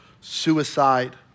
suicide